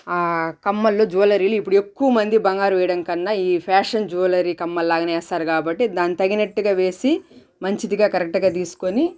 కమ్మలు జ్యువెలరీలు ఇప్పుడు ఎక్కువమంది బంగారు వేయడం కన్నా ఈ ఫ్యాషన్ జ్యువెలరీ కమ్మలాగానే వేస్తారు కాబట్టి దానికి తగినట్టుగా వేసి మంచిది కరెక్ట్గా తీసుకుని